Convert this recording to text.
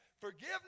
forgiveness